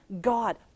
God